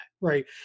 right